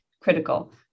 Critical